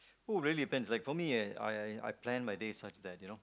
who really plans like for me uh I I I I plan my days such that you know